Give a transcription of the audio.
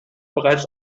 bereits